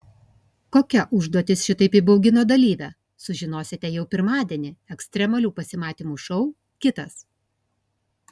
kokia užduotis šitaip įbaugino dalyvę sužinosite jau pirmadienį ekstremalių pasimatymų šou kitas